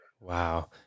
Wow